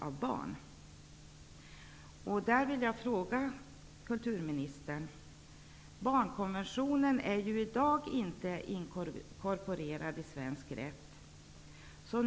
Där vill jag ställa en fråga till kulturministern: Barnkonventionen är ju i dag inte inkorporerad i svensk rätt.